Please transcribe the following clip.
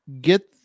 get